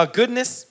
goodness